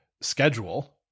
schedule